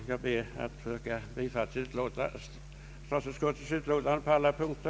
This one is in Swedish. Jag ber att få yrka bifall till statsutskottets hemställan på alla punkter.